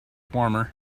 warmer